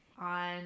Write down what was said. on